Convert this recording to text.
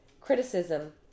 criticism